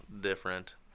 different